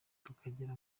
tukagira